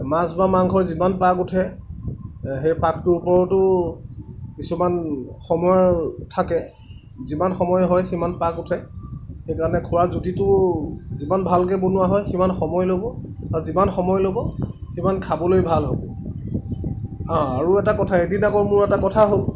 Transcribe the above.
মাছ বা মাংস যিমান পাক উঠে সেই পাকটোৰ ওপৰটো কিছুমান সময় থাকে যিমান সময় হয় সিমান পাক উঠে সেইকাৰণে খোৱা জুতিটো যিমান ভালকৈ বনোৱা হয় সিমান সময় ল'ব আৰু যিমান সময় ল'ব সিমান খাবলৈ ভাল হ'ব আৰু এটা কথা এদিন আকৌ মোৰ এটা কথা হ'ল